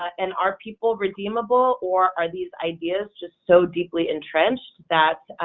and are people redeemable or are these ideas just so deeply entrenched that